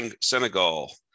Senegal